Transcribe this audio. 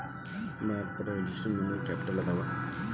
ಭಾರತದಾಗ ಯೆಷ್ಟ್ ನಮನಿ ಕ್ಯಾಪಿಟಲ್ ಅದಾವು?